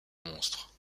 monstres